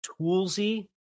toolsy